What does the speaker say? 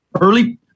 Early